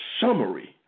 summary